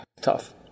Tough